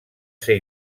ser